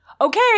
okay